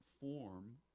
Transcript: form